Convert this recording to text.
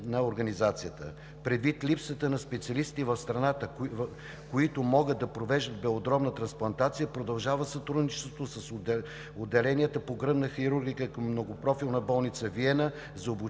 на организацията. Предвид липсата на специалисти в страната, които могат да провеждат белодробна трансплантация, продължава сътрудничеството с отделенията по гръдна хирургия към Многопрофилна болница – Виена, за обучение